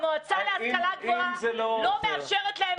והמועצה להשכלה גבוהה לא מאפשרת להם